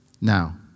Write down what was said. Now